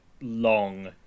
long